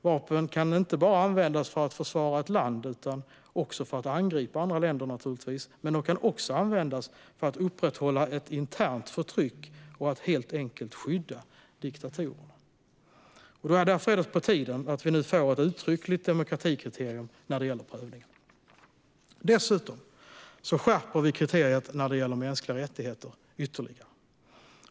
Vapen kan inte bara användas för att försvara ett land utan också för att angripa andra länder och för att upprätthålla ett internt förtryck och helt enkelt skydda diktatorerna. Därför är det på tiden att vi nu får ett uttryckligt demokratikriterium när det gäller prövningen. Dessutom skärper vi kriteriet om mänskliga rättigheter ytterligare.